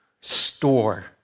store